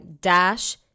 dash